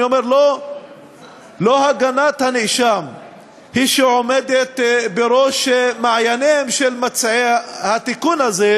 אני אומר: לא הגנת הנאשם היא שעומדת בראש מעייניהם של מציעי התיקון הזה,